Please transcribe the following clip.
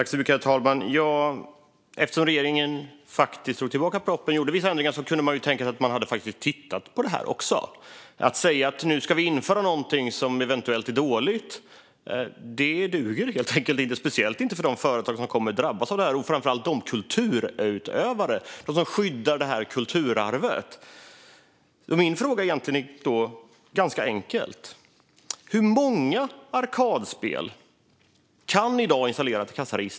Herr talman! Eftersom regeringen drog tillbaka propositionen och gjorde vissa ändringar kunde man ju tänka sig att den skulle ha tittat på detta också. Att införa något som man säger eventuellt är dåligt duger helt enkelt inte, speciellt inte för de företag som kommer att drabbas av detta. Det handlar om kulturutövare som skyddar detta kulturarv. Min fråga är ganska enkel. Hur många arkadspel kan i dag installera ett kassaregister?